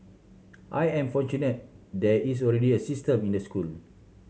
I am fortunate there is already a system in the school